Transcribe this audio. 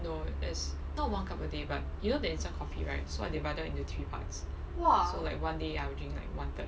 no is not one cup a day but you know the instant coffee right so I divide into three parts so like one day I will drink like one third